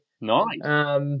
nice